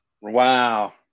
Wow